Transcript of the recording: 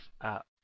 up